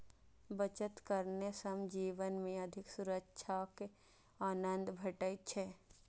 बचत करने सं जीवन मे अधिक सुरक्षाक आनंद भेटै छै